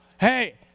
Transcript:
hey